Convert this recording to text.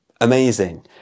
Amazing